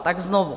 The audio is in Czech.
Tak znova.